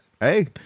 Hey